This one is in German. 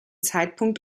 zeitpunkt